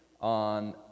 on